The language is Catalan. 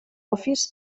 office